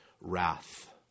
wrath